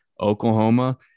Oklahoma